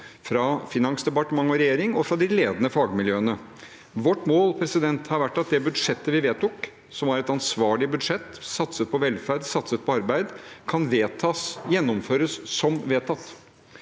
fra finansdepartement og regjering og de ledende fagmiljøene. Vårt mål har vært at det budsjettet vi vedtok, som var et ansvarlig budsjett som satser på velferd og arbeid, kan gjennomføres som vedtatt.